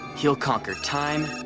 he'll conquer time